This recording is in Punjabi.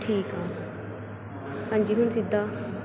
ਠੀਕ ਆ ਹਾਂਜੀ ਹੁਣ ਸਿੱਧਾ